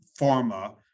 pharma